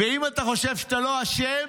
ואם אתה חושב שאתה לא אשם,